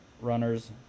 runners